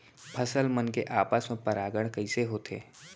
फसल मन के आपस मा परागण कइसे होथे?